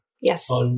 Yes